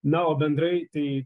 na o bendrai tai